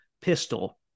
pistol